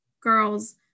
girls